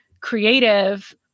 creative